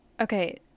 Okay